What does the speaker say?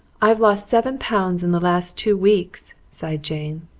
i've lost seven pounds in the last two weeks, sighed jane.